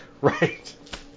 right